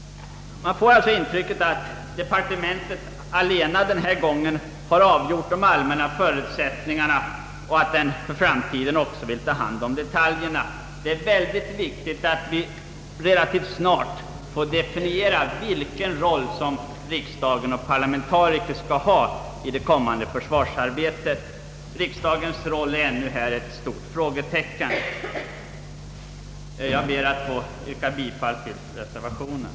Man får intrycket att departementet den här gången allena avgjort de allmänna förutsättningarna och att det för framtiden också vill ta hand om detaljerna. Det är angeläget att vi relativt snart får definierat vilken roll riksdagen och parlamentarikerna skall ha i det kommande försvarsarbetet. Riksdagens roll här är ännu ett stort frågetecken. Jag ber att få yrka bifall till reservationen.